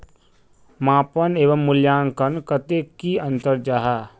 मापन एवं मूल्यांकन कतेक की अंतर जाहा?